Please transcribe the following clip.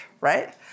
Right